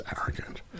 arrogant